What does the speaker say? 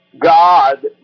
God